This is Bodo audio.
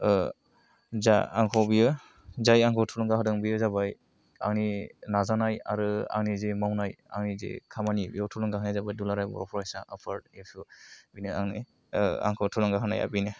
जा आंखौ बियो जाय आंखौ थुलुंगा होदों बे जाबाय आंनि नाजानाय आरो आंनि जे मावनाय आंनि जे खामानि बेयाव थुलुंगा होनाया जाबाय दुलाराय बर' फरायसा आफाद एबसु बेनो आंनि आंखौ थुलुंगा होनाया बेनो